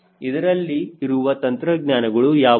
ಇದರಲ್ಲಿ ಇರುವ ತಂತ್ರಜ್ಞಾನಗಳು ಯಾವುವು